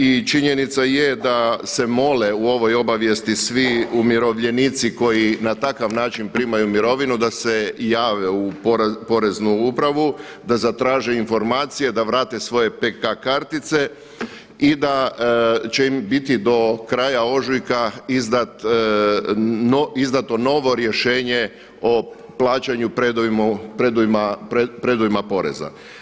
I činjenica je da se mole u ovoj obavijesti svi umirovljenici koji na takav način primaju mirovinu da se jave u Poreznu upravu, da zatraže informacije, da vrate svoje PK kartice i da će im biti do kraja ožujka izdato novo rješenje o plaćanju predujma poreza.